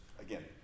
again